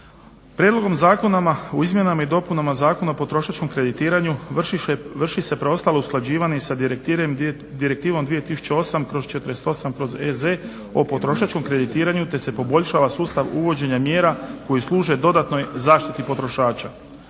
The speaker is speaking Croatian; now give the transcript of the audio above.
Prijedlogom zakona u izmjenama i dopunama Zakona o potrošačkom kreditiranju vrši se preostalo usklađivanje i sa direktivnom 2008/48/EZ o potrošačkom kreditiranju te se poboljšava sustav uvođenja mjera koji služe dodatnoj zaštiti potrošača.